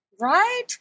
Right